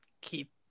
keep